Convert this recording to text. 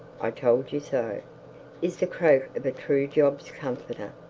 i told you so is the croak of a true job's comforter.